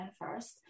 first